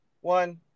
one